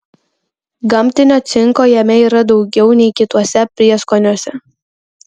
gamtinio cinko jame yra daugiau nei kituose prieskoniuose